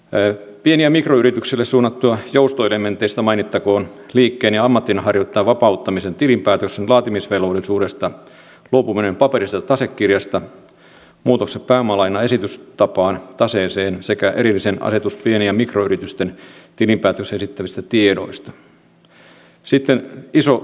pien ja mikroyrityksille suunnatuista joustoelementeistä mainittakoon liikkeen ja ammatinharjoittajien vapauttaminen tilinpäätöksen laatimisvelvollisuudesta luopuminen paperisesta tasekirjasta muutokset pääomalainan esitystapaan taseessa sekä erillinen asetus pien ja mikroyritysten tilinpäätöksessä esitettävistä tiedoista